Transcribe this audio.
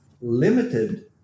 limited